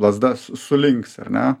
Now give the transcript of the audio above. lazda su sulinks ar ne